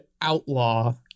outlaw